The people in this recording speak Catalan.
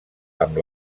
amb